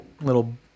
little